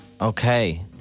Okay